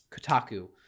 Kotaku